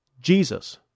Jesus